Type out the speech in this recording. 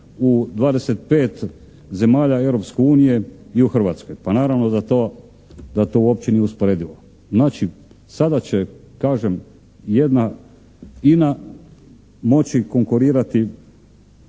u 25 zemalja Europske unije i u Hrvatskoj. Pa naravno da to uopće nije usporedivo. Znači, sada će, kažem, jedna INA moći konkurirati